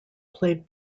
played